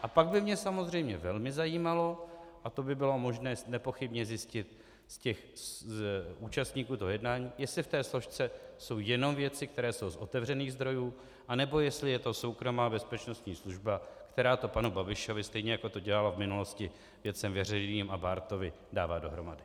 A pak by mě samozřejmě velmi zajímalo, a to by bylo možné nepochybně zjistit od účastníků jednání, jestli v té složce jsou jenom věci, které jsou z otevřených zdrojů, anebo jestli je to soukromá bezpečnostní služba, která to panu Babišovi, stejně jak to dělala v minulosti Věcem veřejným a Bártovi, dává dohromady.